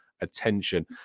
attention